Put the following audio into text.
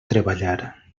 treballar